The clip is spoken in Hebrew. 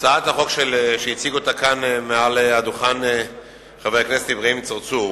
הצעת החוק שהציג כאן מעל הדוכן חבר הכנסת אברהים צרצור,